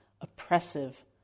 oppressive